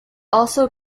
also